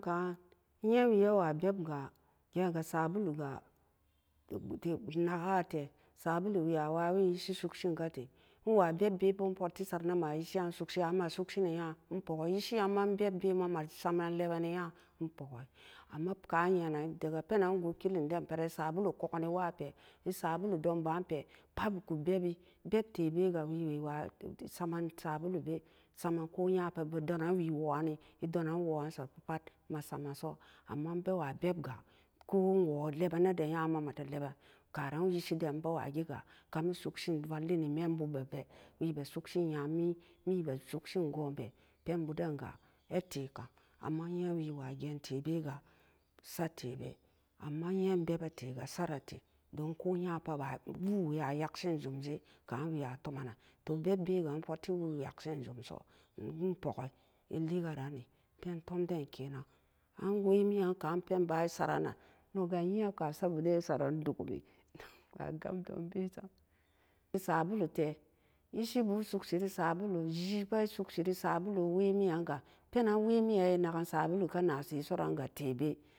Kaam e yee we be wa beb gaa gee ga sa bo loo ga naka tee sabolo wee a wawe isi soksen ka tee e wa beeb bee boo e ma fottee saren nan isee'an beeb bee ma e puki amma ka r nyw'an pee nan gat kilin den pat e sabolo koo ken e wa pee e sabolo don ban pee pat e boot bebbee beb tebe ga wee waa samen sabolo bee samen ko nya-pat bee donan we woran nee e donan woran san ga pat e ma samen soo amma e bee wa beb ga ko woo leb beenen da nyaka maa ma tee leben karan isi den a bewa gee ga kami soksen valle e mii hupee wee bee soksen nya mii, mii bee soksen kong pee pen boo den gaa ai tee kam amma e yen wee wa ga'an teebe ga sat tebe amma e nyee bebbee tee ga sat ree tee don koo ya pat wo'o wee ma yak sen jum je kan we a tommenan toh beb be ga a fat-ti woo yek sen woo jum so an wee puki leeka ran nee pen tom deen kenan an wee mi'an kana peen ban e sat ran nan non gga e ye'anee kaa st bo den e sat-ran dukummée hmm e wa gam don be sam, e waa sabolo tee isi bu e sokse ree sabolo jee pat e sokse e sabolo wee mi'an ga pen nan e ma naken sabolo ka ana tee so an ga tebee.